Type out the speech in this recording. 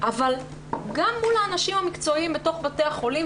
אבל גם מול האנשים המקצועיים בתוך בתי החולים,